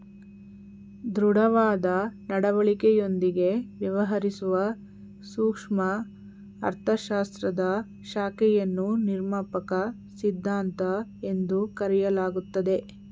ದೃಢವಾದ ನಡವಳಿಕೆಯೊಂದಿಗೆ ವ್ಯವಹರಿಸುವ ಸೂಕ್ಷ್ಮ ಅರ್ಥಶಾಸ್ತ್ರದ ಶಾಖೆಯನ್ನು ನಿರ್ಮಾಪಕ ಸಿದ್ಧಾಂತ ಎಂದು ಕರೆಯಲಾಗುತ್ತದೆ